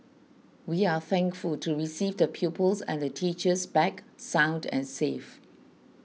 we are thankful to receive the pupils and the teachers back sound and safe